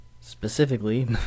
Specifically